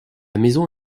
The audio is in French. maison